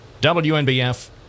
WNBF